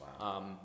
Wow